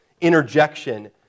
interjection